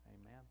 Amen